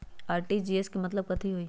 RTGS के मतलब कथी होइ?